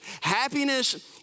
Happiness